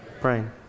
Praying